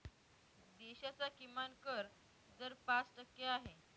देशाचा किमान कर दर पाच टक्के आहे